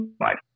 life